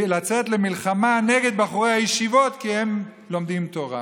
לצאת למלחמה נגד בחורי הישיבות כי הם לומדים תורה.